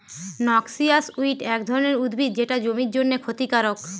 noxious weed এক ধরণের উদ্ভিদ যেটা জমির জন্যে ক্ষতিকারক